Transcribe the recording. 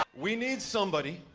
we need somebody,